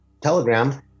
Telegram